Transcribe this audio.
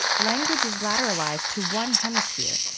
language is lateralized to one hemisphere,